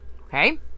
Okay